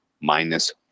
minus